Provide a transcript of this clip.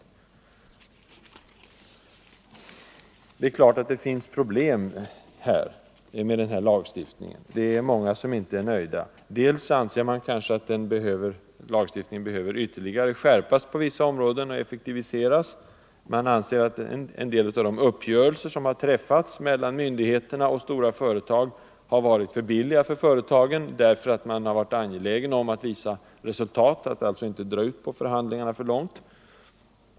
Det är klart att det finns problem med den här lagstiftningen, och det är många som inte är nöjda. Man anser kanske att lagstiftningen behöver ytterligare skärpas och effektiviseras på vissa områden. En del av de uppgörelser som har träffats mellan myndigheterna och stora företag har, anser många, varit för billiga för företagen, därför att man har varit angelägen om att visa resultat — att alltså inte dra ut på förhandlingarna för långt.